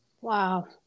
Wow